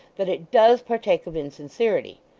that it does partake of insincerity.